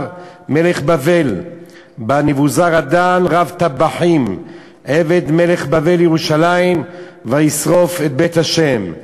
מלך בבל בא נבוזראדן רב טבחים עבד מלך בבל ירושלם וישרף את בית ה'".